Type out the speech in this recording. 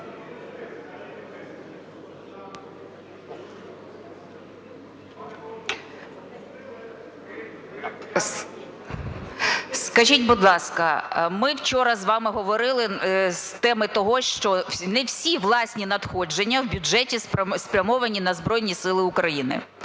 Скажіть, будь ласка, ми вчора з вами говорили з теми того, що не всі власні надходження в бюджеті спрямовані на Збройні Сили України.